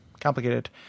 Complicated